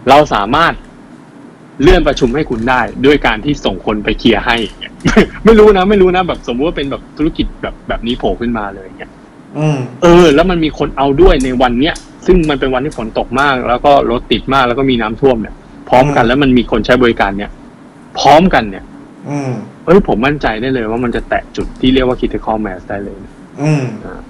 เราสามารถเลื่อนประชุมให้คุณได้ด้วยการที่ส่งคนไปเคลียร์ให้อย่างเงี้ย ไม่รู้นะ ไม่รู้นะ แบบสมมุติว่าเป็นแบบธุรกิจแบบ- แบบนี้โผล่ขึ้นมาเลยอย่างเงี้ยอืมเออ แล้วมันมีคนเอาด้วยในวันเนี้ย ซึ่งมันเป็นวันที่ฝนตกมาก แล้วก็รถติดมาก แล้วก็มีน้ำท่วมเนี่ยพร้อมกันอืมแล้วมันมีคนใช้บริการเนี่ยพร้อมกันเนี่ยอืมเออ ผมมั่นใจได้เลยว่ามันจะแตะจุดที่เรียกว่า critical mass ได้เลยนะอืมอ่ะ